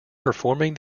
performing